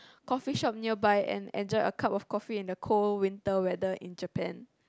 coffee shop nearby and enjoy a cup of coffee and the cold winter weather in Japan